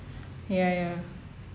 ya ya